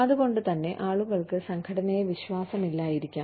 അതുകൊണ്ട് തന്നെ ആളുകൾക്ക് സംഘടനയെ വിശ്വാസമില്ലായിരിക്കാം